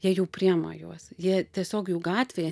jie jau priema juos jie tiesiog jau gatvėje